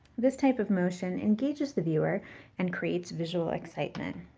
this type of motion engages the viewer and creates visual excitement.